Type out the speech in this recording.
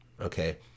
okay